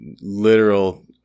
literal